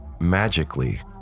Magically